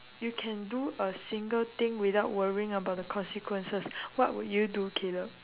you can do a single thing without worrying about the consequences what would you do caleb